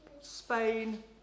Spain